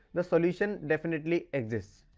the solution definitely exists.